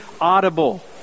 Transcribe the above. audible